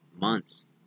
months